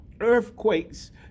earthquakes